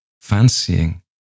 Fancying